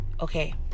okay